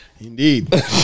indeed